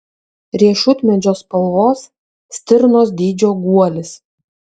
riešutmedžio spalvos stirnos dydžio guolis